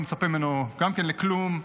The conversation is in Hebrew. לא מצפה ממנו גם כן לכלום,